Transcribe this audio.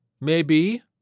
Maybe